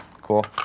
Cool